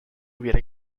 hubiera